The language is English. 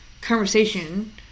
conversation